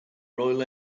royal